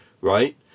right